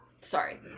Sorry